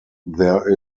there